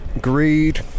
greed